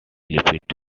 lipid